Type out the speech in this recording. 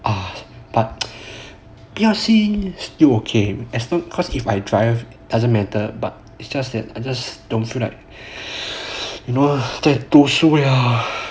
ah but P_L_C okay as long cause if I drive doesn't matter but it's just that I just don't feel like you know 在读书